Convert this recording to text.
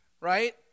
right